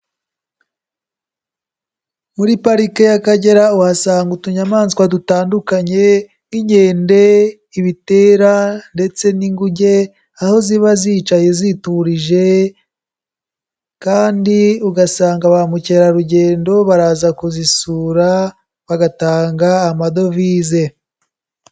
Muri parike y'Akagera uhasanga utunyamaswa dutandukanye nk'inkende, ibitera, ndetse n'inguge, aho ziba zicaye ziturije kandi ugasanga bamukerarugendo baraza kuzisura bagatanga amadovize.